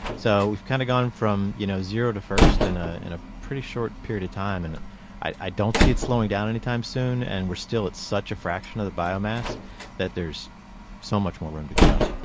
so we've kind of gone from you know zero to first in ah in a pretty short period of time, and i don't see it slowing down any time soon and we're still at such a fraction of the biomass that there's so much more room to go